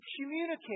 communicate